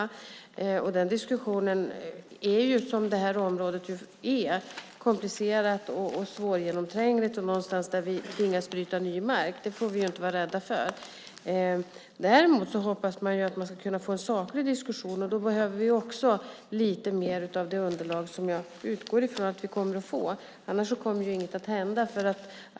Detta område, liksom diskussionen, är komplicerat och svårgenomträngligt där vi tvingas bryta ny mark. Det får vi inte vara rädda för. Däremot hoppas jag att vi ska kunna få en saklig diskussion. Då behöver vi också lite mer av det underlag som jag utgår från att vi kommer att få. Annars kommer ingenting att hända.